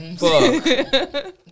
Fuck